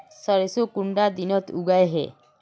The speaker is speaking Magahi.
सरसों कुंडा दिनोत उगैहे?